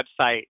website